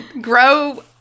grow